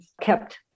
kept